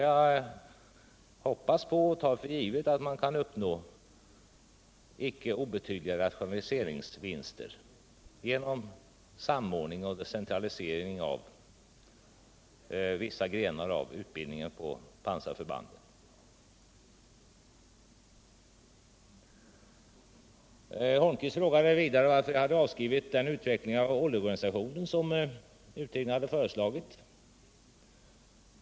Jag tar för givet att man skall kunna uppnå icke obetydliga rationaliseringsvinster genom samordning av vissa grenar av utbildningen på pansarförbanden. Herr Holmqvist frågade vidare varför vi hade avskrivit den utveckling av OLLI-organisationen som utredningen hade föreslagit.